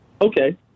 okay